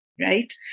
right